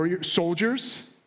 Soldiers